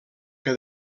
que